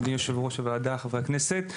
אדוני יושב ראש הוועדה וחברי הכנסת.